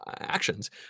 actions